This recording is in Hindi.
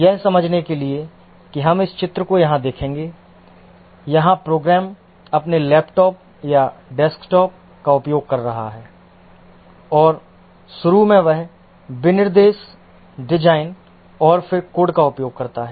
यह समझने के लिए कि हम इस चित्र को यहाँ देखेंगे यहाँ प्रोग्रामर अपने लैपटॉप या डेस्कटॉप का उपयोग कर रहा है और शुरू में वह विनिर्देश डिज़ाइन और फिर कोड का उपयोग करता है